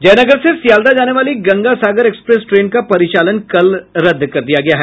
जयनगर से सियालदह जाने वाली गंगा सागर एक्सप्रेस ट्रेन का परिचालन कल रद्द कर दिया गया है